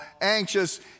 anxious